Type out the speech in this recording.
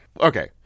Okay